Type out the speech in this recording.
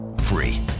Free